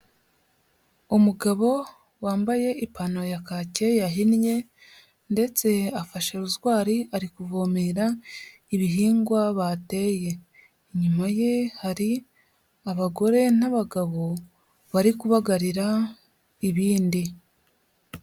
Umugabo wambaye ipantaro ya kake yahinnye, ndetse afashe rozwari ari kuvomera ibihingwa bateye, inyuma ye hari abagore n'abagabo, bari kubagarira ibindi.